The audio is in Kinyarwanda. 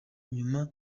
nyuma